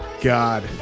God